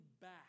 back